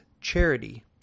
charity